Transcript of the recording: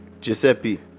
Giuseppe